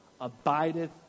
abideth